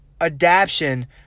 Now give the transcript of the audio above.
adaption